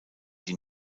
die